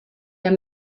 der